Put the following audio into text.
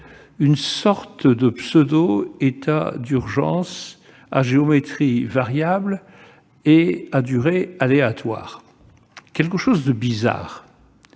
une sorte de pseudo-état d'urgence à géométrie variable et à durée aléatoire, donc quelque chose de bizarre.